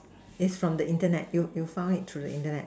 is from the Internet you you found it through the Internet